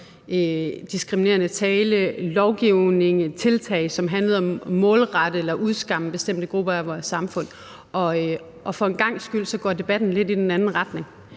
diskriminerende tale, lovgivning, tiltag, som handlede om at målrette eller udskamme bestemte grupper af vores samfund, og for en gangs skyld går debatten lidt i den anden retning.